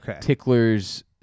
Tickler's